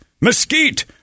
Mesquite